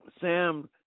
Sam